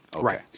Right